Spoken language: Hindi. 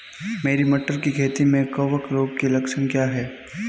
मेरी मटर की खेती में कवक रोग के लक्षण क्या हैं?